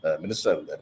Minister